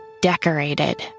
decorated